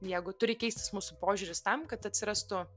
jeigu turi keistis mūsų požiūris tam kad atsirastų